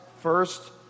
first